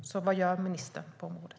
Vad gör ministern på området?